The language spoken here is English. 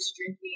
drinking